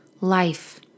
life